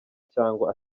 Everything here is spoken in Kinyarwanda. cyangwa